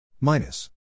Minus